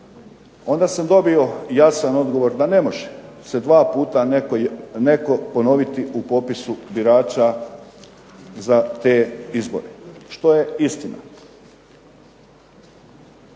Onda sam dobio jasan odgovor da ne može se dva puta netko ponoviti u popisu birača za te izbore što je istina.